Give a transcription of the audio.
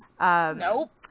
Nope